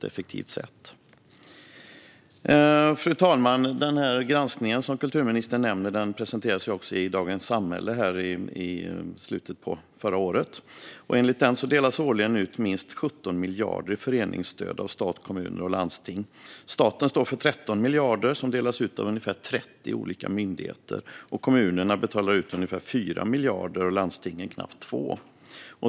Fru talman! Den granskning som kulturministern nämner presenterades också i Dagens Samhälle i slutet av förra året. Enligt den delas det årligen ut minst 17 miljarder i föreningsstöd av stat, kommuner och landsting. Staten står för 13 miljarder, som delas ut av ungefär 30 olika myndigheter. Kommunerna betalar ut ungefär 4 miljarder och landstingen knappt 2.